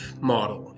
model